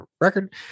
record